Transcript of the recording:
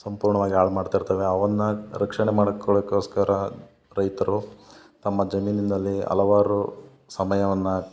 ಸಂಪೂರ್ಣವಾಗಿ ಹಾಳು ಮಾಡ್ತಿರ್ತವೆ ಅವನ್ನು ರಕ್ಷಣೆ ಮಾಡಿಕೊಳ್ಳೋಕ್ಕೋಸ್ಕರ ರೈತರು ತಮ್ಮ ಜಮೀನಿನಲ್ಲಿ ಹಲವಾರು ಸಮಯವನ್ನು